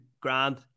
grand